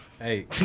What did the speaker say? Hey